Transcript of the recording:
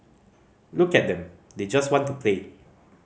look at them they just want to play